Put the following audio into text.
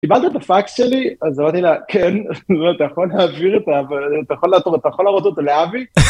קיבלת את הפקס שלי, אז אמרתי לה, כן, אתה יכול להעביר את ה... אתה יכול להראות אותו לאבי?